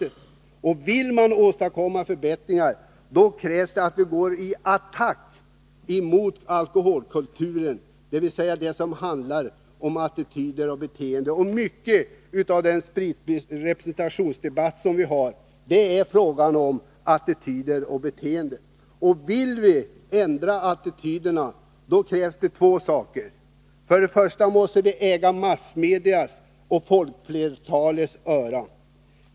5 maj 1983 Vill vi åstadkomma förbättringar krävs det att vi går till attack mot alkoholkulturen, dvs., det handlar om attityder och beteenden. Mycket av — Alkohol vid statlig den representationsdebatt som förs är en fråga om attityder och beteenden. Vill vi ändra attityderna krävs det två saker: vi måste äga massmedias och folkflertalets öra.